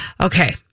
okay